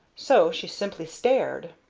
so she simply stared.